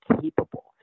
capable